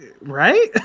right